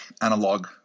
analog